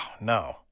no